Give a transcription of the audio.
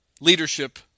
leadership